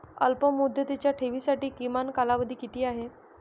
अल्पमुदतीच्या ठेवींसाठी किमान कालावधी किती आहे?